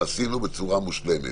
עשינו בצורה מושלמת.